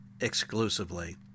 exclusively